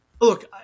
Look